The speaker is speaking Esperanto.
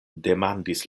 demandis